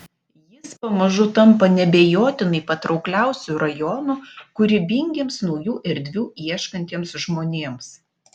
jis pamažu tampa neabejotinai patraukliausiu rajonu kūrybingiems naujų erdvių ieškantiems žmonėms